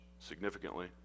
significantly